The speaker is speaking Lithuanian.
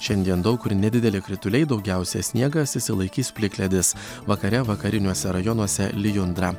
šiandien daug kur nedideli krituliai daugiausia sniegas išsilaikys plikledis vakare vakariniuose rajonuose lijundra